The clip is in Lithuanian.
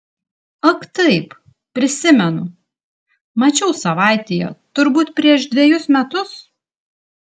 ak taip prisimenu mačiau savaitėje turbūt prieš dvejus metus